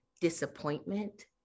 disappointment